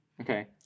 Okay